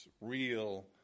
real